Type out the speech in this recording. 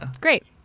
great